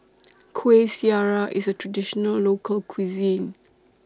Kuih Syara IS A Traditional Local Cuisine